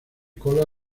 cola